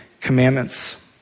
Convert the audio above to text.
commandments